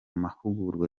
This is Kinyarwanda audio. mahugurwa